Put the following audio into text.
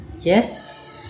Yes